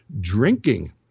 drinking